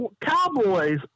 Cowboys